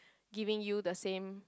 giving you the same